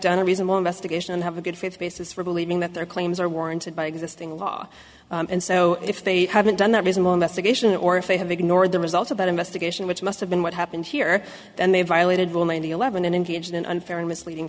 done a reasonable investigation and have a good faith basis for believing that their claims are warranted by existing law and so if they haven't done that reasonable investigation or if they have ignored the results of that investigation which must have been what happened here and they violated the eleven and engaged in unfair and misleading